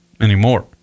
anymore